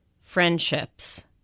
friendships